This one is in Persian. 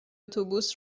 اتوبوس